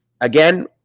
again